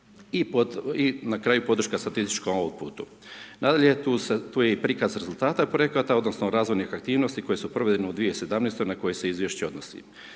i na kraju podrška statističkom outputu. Nadalje, tu se i prikaz rezultata projekata odnosno razvojnih aktivnosti koje su provedene u 2017. na koje se izvješće odnosi.